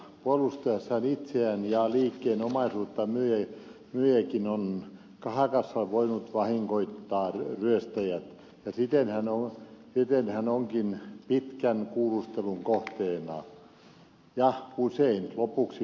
puolustaessaan itseään ja liikkeen omaisuutta myyjäkin on kahakassa voinut vahingoittaa ryöstäjää ja siten hän onkin pitkän kuulustelun kohteena ja usein lopuksi korvausvelvollinen